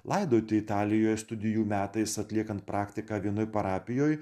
laidoti italijoj studijų metais atliekant praktiką vienoj parapijoj